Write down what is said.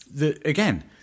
again